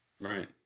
Right